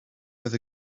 where